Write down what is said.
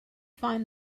find